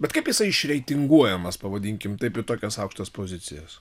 bet kaip jisai išreitinguojamas pavadinkim taip į tokias aukštas pozicijas